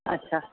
अछा